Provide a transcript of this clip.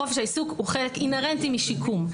חופש העיסוק הוא חלק אינהרנטי משיקום.